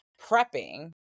prepping